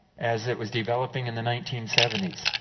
as it was developing in the nineteen seventy s.